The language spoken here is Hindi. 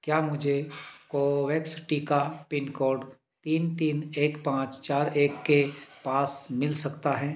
क्या मुझे कोवोवेक्स टीका पिन कोड तीन तीन एक पाँच चार एक के पास मिल सकता है